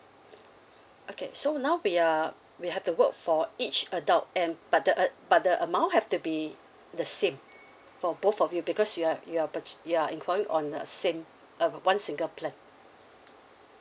okay so now we are we have to work for each adult and but the a~ but the amount have to be the same for both of you because you are you are purc~ you are enquiring on a same uh one single plan